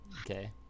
okay